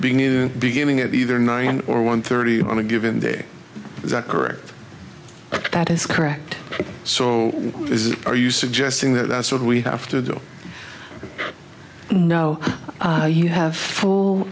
being in the beginning at either nine or one thirty on a given day is that correct that is correct so is are you suggesting that that's what we have to do no you have full